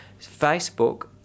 Facebook